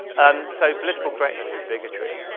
and so, political correctness is bigotry.